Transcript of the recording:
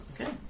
Okay